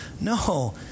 No